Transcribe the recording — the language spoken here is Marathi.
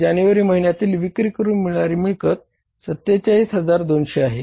जानेवारी महिन्यातील विक्री करून मिळणारी मिळकत 47200 आहे